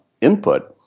input